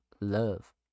love